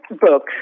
book